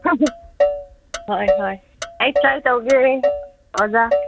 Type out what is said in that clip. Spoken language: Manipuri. ꯍꯣꯏ ꯍꯣꯏ ꯑꯩ ꯇ꯭ꯔꯥꯏ ꯇꯧꯒꯦ ꯑꯣꯖꯥ